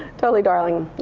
totally darling.